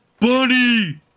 Bunny